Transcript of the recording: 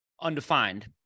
undefined